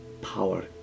power